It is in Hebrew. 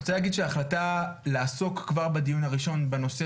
אני רוצה להגיד שההחלטה לעסוק כבר בדיון הראשון בנושא